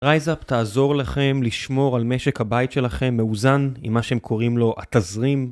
רייזאפ תעזור לכם לשמור על משק הבית שלכם מאוזן עם מה שהם קוראים לו התזרים